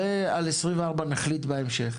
ועל 2024 נחליט בהמשך?